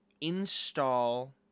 install